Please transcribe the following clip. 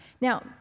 Now